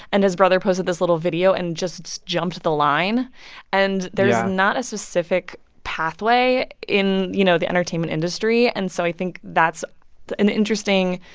and his brother posted this little video and just jumped the line yeah and there's not a specific pathway in, you know, the entertainment industry. and so i think that's an interesting,